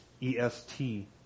E-S-T